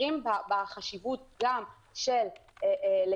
מכירים בחשיבות גם לתעדף,